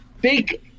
big